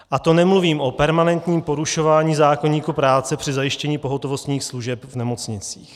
A to nemluvím o permanentním porušování zákoníku práce při zajištění pohotovostní služeb v nemocnicích.